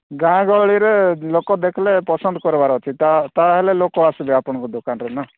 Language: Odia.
ଗାଁ ଗହଳିରେ ଲୋକ ଦେଖିଲେ ପସନ୍ଦ କାରବାର୍ ଅଛି ତା' ତା'ହେଲେ ଲୋକ ଆସିବେ ଆପଣଙ୍କ ଦୋକନରୁ ନା